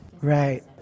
Right